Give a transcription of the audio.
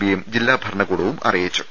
ബിയും ജില്ലാ ഭരണകൂടവും അറിയിച്ചു